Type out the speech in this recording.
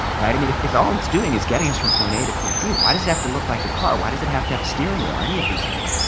right? i mean, if if all it's doing is getting us from point a to point b, why does it have to look like a car? why does it have to have a steering wheel, any of these things?